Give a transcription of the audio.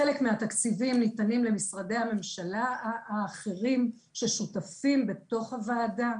חלק מן התקציבים ניתנים למשרדי הממשלה האחרים ששותפים בתוך הוועדה.